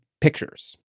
pictures